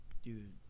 Dude